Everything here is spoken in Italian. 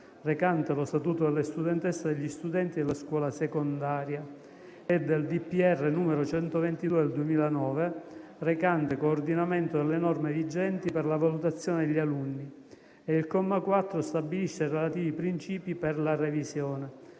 recante lo Statuto delle studentesse e degli studenti della scuola secondaria, e del decreto del Presidente della Repubblica n. 122 del 2009, recante coordinamento delle norme vigenti per la valutazione degli alunni, e il comma 4 stabilisce i relativi principi per la revisione.